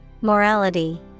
Morality